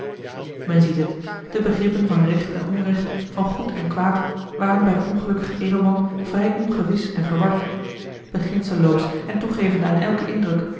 men ziet het de begrippen van recht en onrecht van goed en kwaad waren bij den ongelukkigen edelman vrij ongewis en verward beginselloos en toegevende aan elken indruk